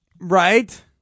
Right